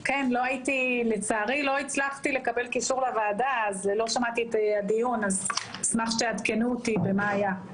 הצלחתי לקבל קישור לוועדה ואשמח שתעדכנו אותי מה היה.